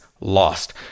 lost